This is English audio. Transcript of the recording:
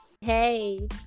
hey